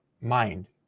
mind